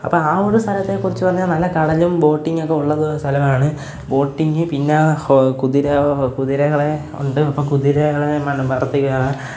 അപ്പോൾ ആ ഒരു സ്ഥലത്തെ കുറിച്ച് പറഞ്ഞാല് നല്ല കടലും ബോട്ടിങ്ങൊക്കെ ഉള്ളത് സ്ഥലമാണ് ബോട്ടിങ്ങ് പിന്നെ കുതിര കുതിരകൾ ഉണ്ട് അപ്പോൾ കുതിരകളെ